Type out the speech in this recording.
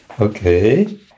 Okay